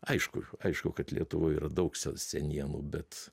aišku aišku kad lietuvoj yra daug se senienų bet